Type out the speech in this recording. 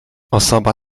osoba